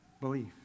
belief